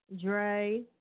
Dre